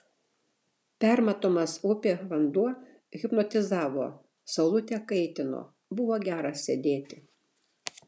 permatomas upė vanduo hipnotizavo saulutė kaitino buvo gera sėdėti